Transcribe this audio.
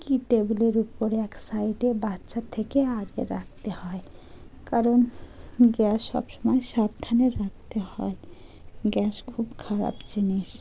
কি টেবিলের উপরে এক সাইডে থেকে আগে রাখতে হয় কারণ গ্যাস সব সমময় সাবধানে রাখতে হয় গ্যাস খুব খারাপ জিনিস